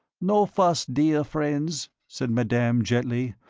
no fuss, dear friends, said madame, gently,